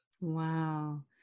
Wow